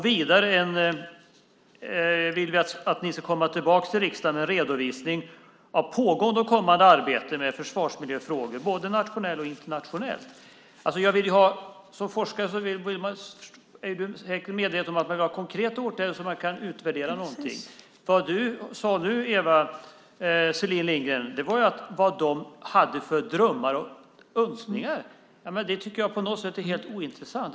Vidare vill vi att ni ska komma tillbaka till riksdagen med en redovisning av pågående och kommande arbeten med försvarsmiljöfrågor - både nationellt och internationellt. Som forskare är du säkert medveten om att man vill ha konkreta åtgärder så att man kan utvärdera någonting. Vad du talade om, Eva Selin Lindgren, var vad de hade för drömmar och önskningar. Det tycker jag på något sätt är helt ointressant.